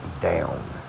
down